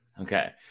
Okay